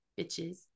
bitches